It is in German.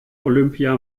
olympia